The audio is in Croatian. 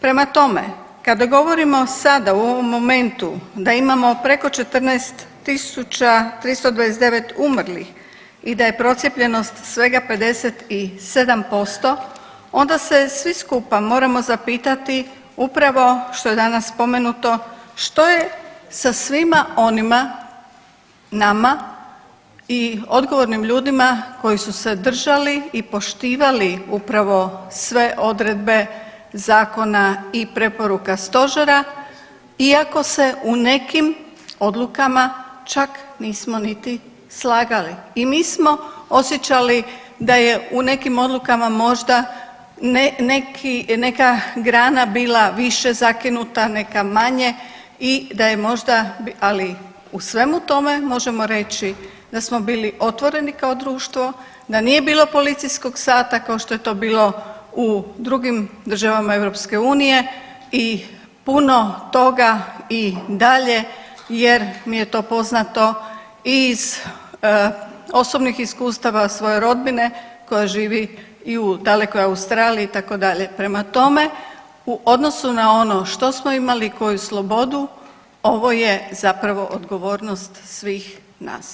Prema tome, kada govorimo sada u ovom momentu da imamo preko 14 329 umrlih i da je procijepljenost svega 57%, onda se svi skupa moramo zapitati upravo što je danas spomenuto, što je sa svima onima nama i odgovornim ljudima koji su se držali i poštivali upravo sve odredbe zakona i preporuka Stožera iako se u nekim odlukama čak nismo niti slagali i mi smo osjećali da je u nekim odlukama možda neki, neka grana bila više zakinuta, neka manje i da je možda, ali u svemu tome, možemo reći da smo bili otvoreni kao društvo, da nije bilo policijskog sata kao što je to bilo u drugim državama EU i puno toga i dalje jer mi je to poznato i iz osobnih iskustava svoje rodbine koja živi i u dalekoj Australiji, itd., prema tome, u odnosu na ono što smo imali, koju slobodu, ovo je zapravo odgovornost svih nas.